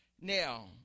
Now